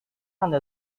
anda